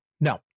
No